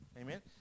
Amen